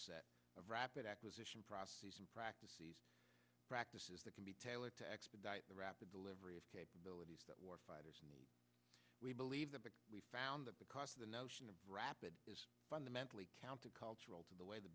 set of rapid acquisition process practices practices that can be tailored to expedite the rapid delivery of capabilities at war fighters and we believe that we've found that the cost of the notion of rapid is fundamentally counter cultural to the way the